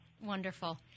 wonderful